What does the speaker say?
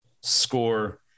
score